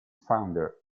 founder